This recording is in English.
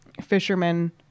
fishermen